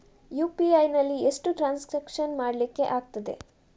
UPI ನಲ್ಲಿ ಎಷ್ಟು transaction ಮಾಡ್ಲಿಕ್ಕೆ ಆಗ್ತದೆ?